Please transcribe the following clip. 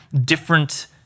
different